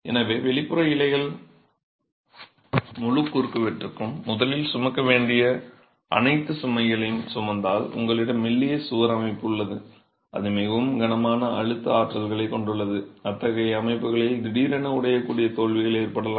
எனவே வெளிப்புற இலைகள் முழு குறுக்குவெட்டும் முதலில் சுமக்க வேண்டிய அனைத்து சுமைகளையும் சுமந்தால் உங்களிடம் மெல்லிய சுவர் அமைப்பு உள்ளது அது மிகவும் கனமான அழுத்த ஆற்றல்களைக் கொண்டுள்ளது அத்தகைய அமைப்புகளில் திடீரென உடையக்கூடிய தோல்விகள் ஏற்படலாம்